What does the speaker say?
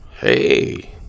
Hey